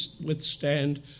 withstand